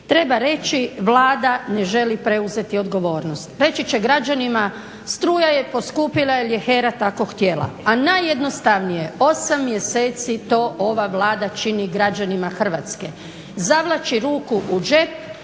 Treba reći Vlada ne želi preuzeti odgovornost. Reći će građanima struja je poskupila jer je HER-a tako htjela, a najjednostavnije 8 mjeseci to ova Vlada čini građanima Hrvatske, zavlači ruku u džep